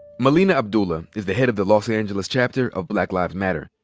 melina abdullah is the head of the los angeles chapter of blacks lives matter.